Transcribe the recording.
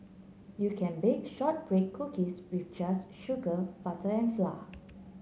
you can bake shortbread cookies with just sugar butter and flour